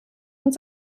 und